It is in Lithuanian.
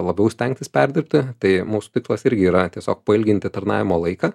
labiau stengtis perdirbti tai mūsų tikslas irgi yra tiesiog pailginti tarnavimo laiką